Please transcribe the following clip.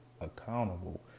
accountable